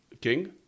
king